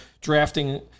drafting